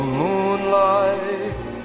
moonlight